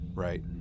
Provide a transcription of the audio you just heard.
right